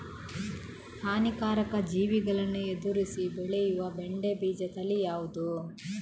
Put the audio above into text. ಹಾನಿಕಾರಕ ಜೀವಿಗಳನ್ನು ಎದುರಿಸಿ ಬೆಳೆಯುವ ಬೆಂಡೆ ಬೀಜ ತಳಿ ಯಾವ್ದು?